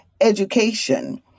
education